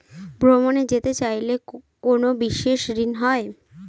ভ্রমণে যেতে চাইলে কোনো বিশেষ ঋণ হয়?